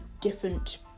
different